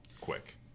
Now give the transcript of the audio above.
quick